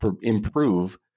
improve